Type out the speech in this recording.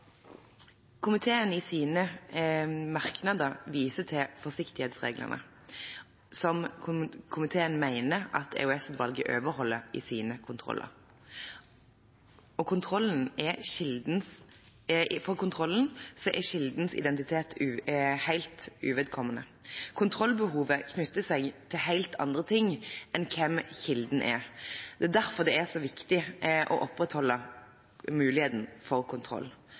Komiteen viser i sine merknader til forsiktighetsreglene, som komiteen mener at EOS-utvalget overholder i sine kontroller. For kontrollen er kildens identitet helt uvedkommende. Kontrollbehovet knytter seg til helt andre ting enn hvem kilden er. Det er derfor det er så viktig å opprettholde muligheten for kontroll.